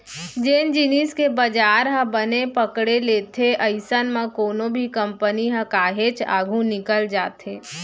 जेन जिनिस के बजार ह बने पकड़े लेथे अइसन म कोनो भी कंपनी ह काहेच आघू निकल जाथे